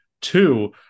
Two